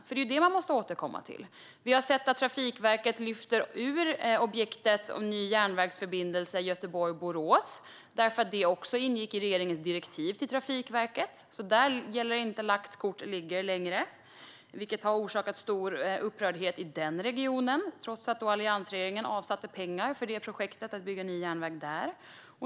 Det är ju det som man måste återkomma till. Vi har sett att Trafikverket har lyft ut det objekt som handlar om en ny järnvägsförbindelse mellan Göteborg och Borås. Det ingick nämligen också i regeringens direktiv till Trafikverket. Där gäller inte längre lagt kort ligger, vilket har orsakat stor upprördhet i den regionen. Detta skedde trots att alliansregeringen hade avsatt pengar för det projektet - att bygga ny järnväg där.